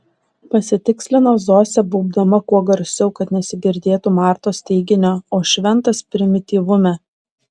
pasitikslino zosė baubdama kuo garsiau kad nesigirdėtų martos teiginio o šventas primityvume